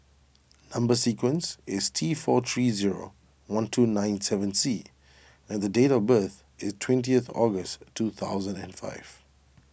Number Sequence is T four three zero one two nine seven C and date of birth is twentieth August two thousand and five